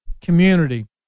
community